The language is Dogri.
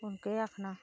हुन केह् आखना